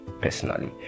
personally